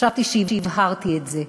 חשבתי שהבהרתי את זה,